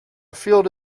field